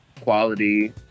quality